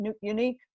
unique